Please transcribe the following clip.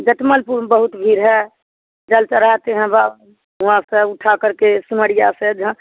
जटमलपुर में बहुत भीड़ है जल चढ़ाते हैं बाबा वहाँ से उठा करके सिमड़िया से जहाँ